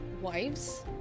wives